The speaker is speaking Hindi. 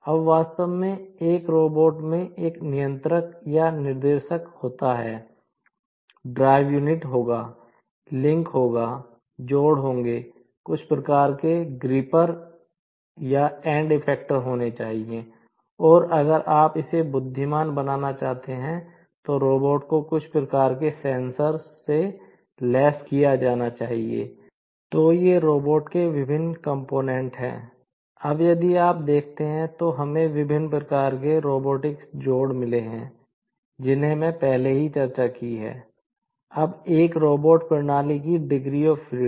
अब वास्तव में एक रोबोट जोड़ मिले हैं जिनकी मैंने पहले ही चर्चा की थी